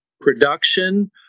production